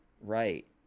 right